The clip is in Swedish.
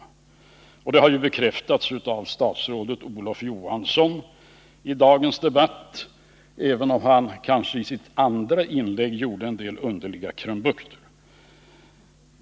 Detta har ju också bekräftats av statsrådet Olof Johansson i dagens debatt, även om han i sitt andra inlägg kanske gjorde en del underliga krumbukter.